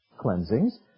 cleansings